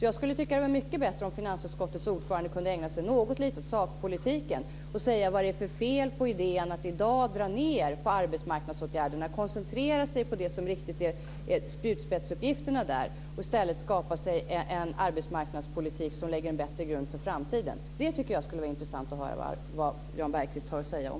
Jag skulle tycka att det vore mycket bättre om finansutskottets ordförande kunde ägna sig något litet åt sakpolitiken och tala om vad det är för fel på idén att i dag dra ned på arbetsmarknadsåtgärderna och koncentrera sig på det som är spjutspetsuppgifterna och i stället skapa en arbetsmarknadspolitik som lägger en bättre grund för framtiden. Det tycker jag skulle vara intressant att höra vad Jan Bergqvist har att säga om.